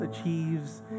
achieves